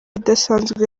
idasanzwe